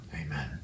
amen